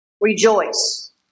rejoice